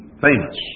famous